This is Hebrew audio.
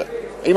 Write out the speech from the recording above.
מאמינים לך,